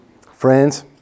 friends